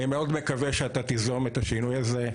אני מאוד מקווה שאתה תיזום את השינוי הזה.